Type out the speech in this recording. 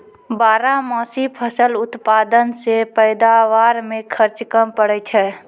बारहमासी फसल उत्पादन से पैदावार मे खर्च कम पड़ै छै